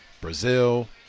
Brazil